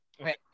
Okay